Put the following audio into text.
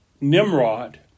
Nimrod